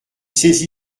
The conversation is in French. saisi